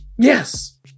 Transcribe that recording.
Yes